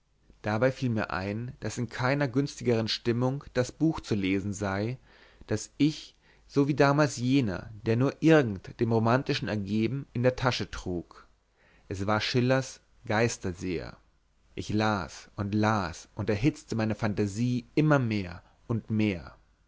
dabei fiel mir ein daß in keiner günstigeren stimmung das buch zu lesen sei das ich so wie damals jeder der nur irgend dem romantischen ergeben in der tasche trug es war schillers geisterseher ich las und las und erhitzte meine fantasie immer mehr und mehr